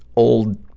old,